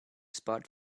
spot